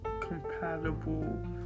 compatible